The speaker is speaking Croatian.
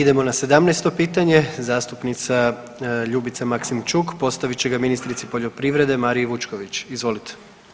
Idemo na 17. pitanje, zastupnica Ljubica Maksimčuk, postavit će ga ministrici poljoprivrede Mariji Vučković, izvolite.